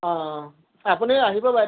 অঁ আপুনি আহিব বাইদেউ